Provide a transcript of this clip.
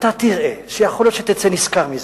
ואתה תראה שיכול להיות שתצא נשכר מזה.